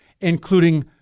including